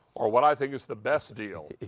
or, what i think, is the best deal.